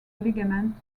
ligament